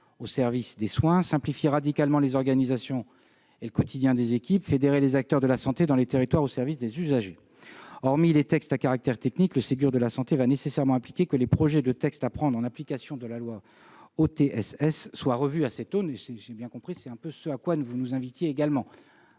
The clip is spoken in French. au service des soins, simplifier radicalement les organisations et le quotidien des équipes et fédérer les acteurs de la santé dans les territoires au service des usagers. Hormis les textes à caractère technique, le Ségur de la santé va nécessairement impliquer que les projets de textes à prendre en application de la loi OTSS soient revus à cette aune. C'est d'ailleurs un peu ce à quoi vous nous invitez. Il en